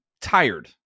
tired